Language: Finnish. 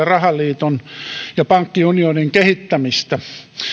rahaliiton ja pankkiunionin kehittämistä